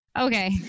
okay